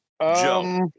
Joe